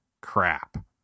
Crap